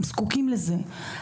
הם זקוקים לזה.